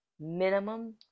minimum